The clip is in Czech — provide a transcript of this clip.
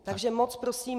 Takže moc prosím.